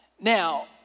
Now